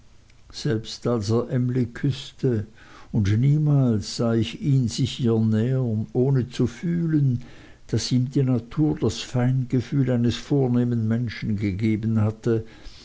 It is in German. selbst als er emly küßte und niemals sah ich ihn sich ihr nähern ohne zu fühlen daß ihm die natur das feingefühl eines vornehmen menschen gegeben hatte